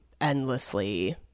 endlessly